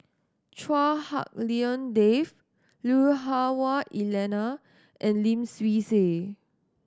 Chua Hak Lien Dave Lui Hah Wah Elena and Lim Swee Say